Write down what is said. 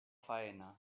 faena